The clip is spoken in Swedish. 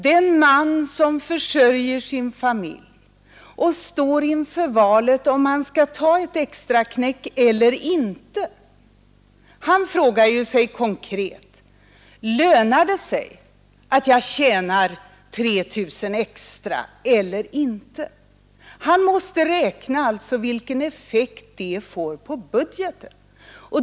Den man som försörjer sin familj och står inför valet om han skall ta ett extraknäck eller inte frågar sig konkret: Lönar det sig att jag tjänar 3 000 kronor extra eller inte? Han måste räkna vilken effekt det får på budgeten.